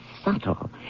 subtle